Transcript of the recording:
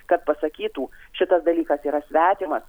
kad pasakytų šitas dalykas yra svetimas